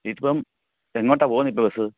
ഇതിപ്പം എങ്ങോട്ടാണ് പോകുന്നത് ഇപ്പം ബസ്സ്